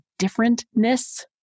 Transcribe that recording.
differentness